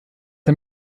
der